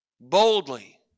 boldly